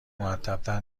مودبتر